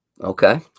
Okay